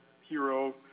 hero